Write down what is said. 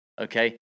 okay